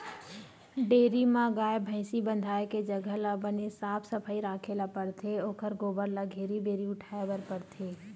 dairy म गाय, भइसी बंधाए के जघा ल बने साफ सफई राखे ल परथे ओखर गोबर ल घेरी भेरी उठाए बर परथे